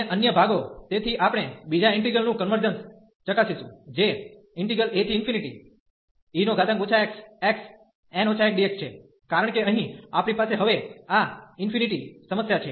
અને અન્ય ભાગો તેથી આપણે બીજા ઈન્ટિગ્રલ નું કન્વર્જન્સ ચકાસીશું જે ∫ae xxn 1dx છે કારણ કે અહીં આપણી પાસે હવે આ ઇન્ફિનિટી સમસ્યા છે